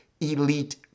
elite